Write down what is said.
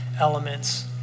elements